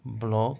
block